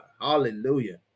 Hallelujah